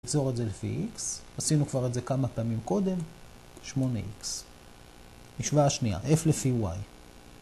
ניצור את זה לפי x, עשינו כבר את זה כמה פעמים קודם, 8x, משוואה שנייה - f לפי y.